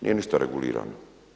Nije ništa regulirano.